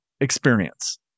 experience